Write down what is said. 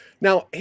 Now